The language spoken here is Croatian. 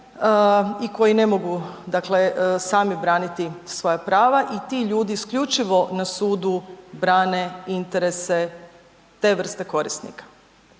i koji ne mogu dakle sami braniti svoja prava i tu ljudi isključivo na sudu brane interese te vrste korisnika.